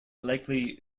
likely